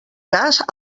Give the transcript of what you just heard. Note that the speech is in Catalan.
cas